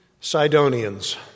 Sidonians